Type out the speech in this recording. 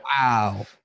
wow